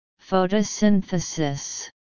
photosynthesis